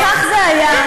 אם כך זה היה,